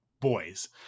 boys